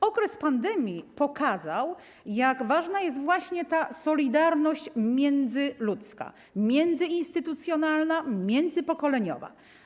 Okres pandemii pokazał, jak ważna jest właśnie ta solidarność międzyludzka, międzyinstytucjonalna, międzypokoleniowa.